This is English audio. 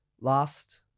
last